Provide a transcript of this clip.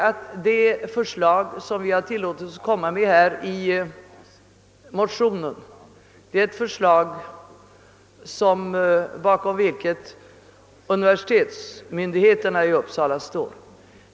Bakom det förslag som vi har tillåtit oss att lägga fram i motionerna står universitetsmyndigheterna i Uppsala.